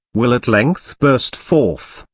will at length burst forth,